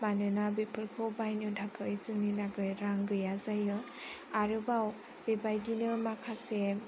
मानोना बेफोरखौ बायनो थाखाय जोंनियाव रां गैया जायो आरोबाव बेबायदिनो माखासे